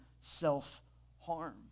self-harm